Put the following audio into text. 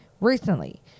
Recently